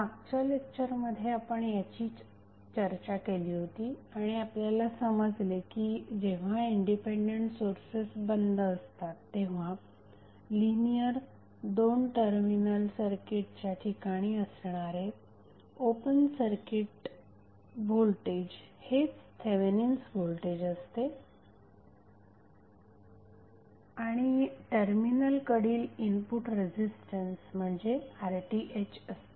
मागच्या लेक्चरमध्ये आपण याचीच चर्चा केली होती आणि आपल्याला समजले की जेव्हा इंडिपेंडेंट सोर्सेस बंद असतात तेव्हा लिनियर 2 टर्मिनल सर्किटच्या ठिकाणी असणारे ओपन सर्किट व्होल्टेज हेच थेवेनिन्स व्होल्टेज असते आणि टर्मिनलकडील इनपुट रेझिस्टन्स म्हणजे RTh असतो